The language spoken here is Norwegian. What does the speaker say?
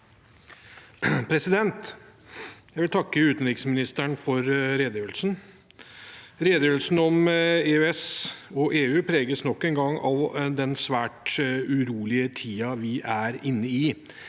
Jeg vil takke utenriksministeren for redegjørelsen. Redegjørelsen om EØS og EU preges nok en gang av den svært urolige tiden vi er inne i.